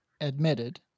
admitted